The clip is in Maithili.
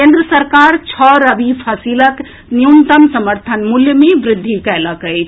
केन्द्र सरकार छओ रबी फसिलक न्यूनतम समर्थन मूल्य मे वृद्धि कएलक अछि